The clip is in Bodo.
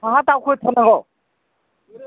साहा दावखोथारनांगौ